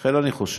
לכן, אני חושב